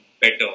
better